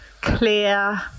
clear